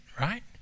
right